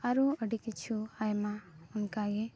ᱟᱨᱚ ᱟᱹᱰᱤ ᱠᱤᱪᱷᱩ ᱟᱭᱢᱟ ᱚᱱᱠᱟᱜᱮ